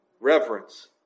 reverence